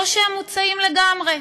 או שהם מוצאים לגמרי.